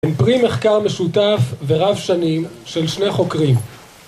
הם פרי מחקר משותף ורב שנים של שני חוקרים